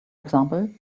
example